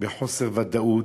בחוסר ודאות,